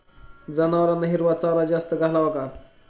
जनावरांना हिरवा चारा जास्त घालावा का?